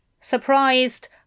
Surprised